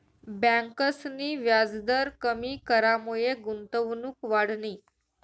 ब्यांकसनी व्याजदर कमी करामुये गुंतवणूक वाढनी